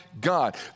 God